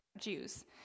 Jews